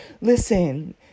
Listen